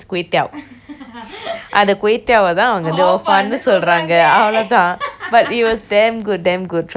அத:athey kway teow வ தான்:ve thaan hor fun னு சொல்றாங்க அவ்ளோவுதான்:nu solraange avelovethaan but it was damn good damn good trust me you sh~ have you tried